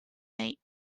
meat